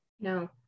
no